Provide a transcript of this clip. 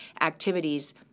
activities